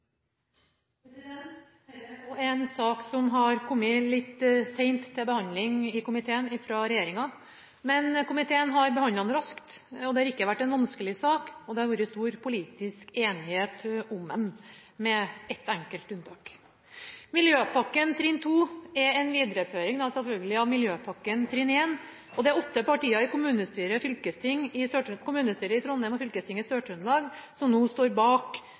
har kommet litt sent til behandling i komiteen fra regjeringen. Komiteen har behandlet den raskt. Det har ikke vært en vanskelig sak, og det har vært stor politisk enighet om den – med ett enkelt unntak. Miljøpakke trinn 2 er en videreføring, selvfølgelig, av Miljøpakke trinn 1. Det er åtte partier i kommunestyret i Trondheim og fylkestinget i Sør-Trøndelag som nå står bak